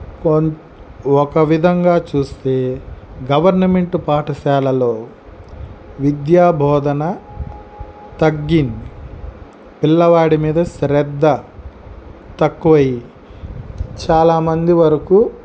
ఒక విధంగా చూస్తే గవర్నమెంట్ పాఠశాలలో విద్యాబోధన తగ్గింది పిల్లవాడ మీద శ్రద్ధ తక్కువై చాలామంది వరకు